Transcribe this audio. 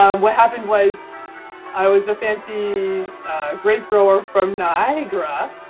ah what happened was i was the fancy grape grower from niagara.